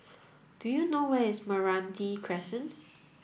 do you know where is Meranti Crescent